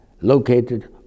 located